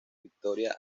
victoria